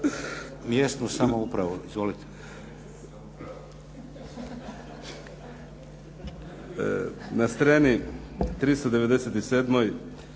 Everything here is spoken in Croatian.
mjesnu samoupravu. Izvolite.